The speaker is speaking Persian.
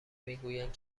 میگویند